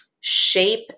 shape